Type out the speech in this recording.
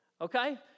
okay